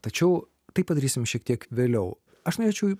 tačiau tai padarysim šiek tiek vėliau aš norėčiau